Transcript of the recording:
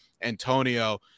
Antonio